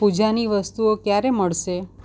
પૂજાની વસ્તુઓ ક્યારે મળશે